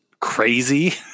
crazy